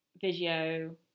video